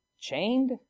chained